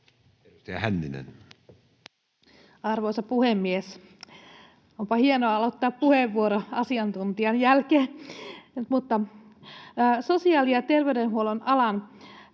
18:46 Content: Arvoisa puhemies! Onpa hienoa aloittaa puheenvuoro asiantuntijan jälkeen. Sosiaali- ja terveydenhuollon alan